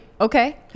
Okay